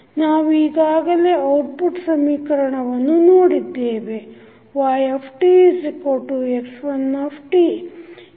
ನಾವೀಗಾಗಲೇ output ಸಮೀಕರಣವನ್ನು ನೋಡಿದ್ದೇವೆ yx1